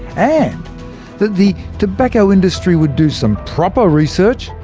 and that the tobacco industry would do some proper research,